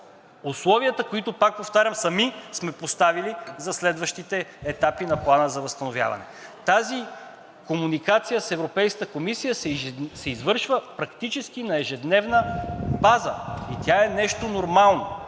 условията, които, пак повтарям, сами сме поставили за следващите етапи на Плана за възстановяване. Тази комуникация с Европейската комисия се извършва практически на ежедневна база и тя е нещо нормално,